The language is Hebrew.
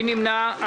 מי נמנע?